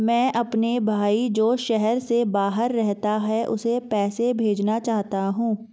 मैं अपने भाई जो शहर से बाहर रहता है, उसे पैसे भेजना चाहता हूँ